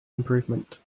improvement